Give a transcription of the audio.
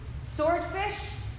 swordfish